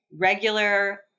regular